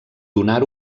donar